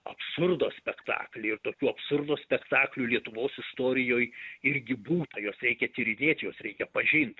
absurdo spektaklį ir tokių absurdų spektaklių lietuvos istorijoj irgi būta juos reikia tyrinėt juos reikia pažint